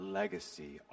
legacy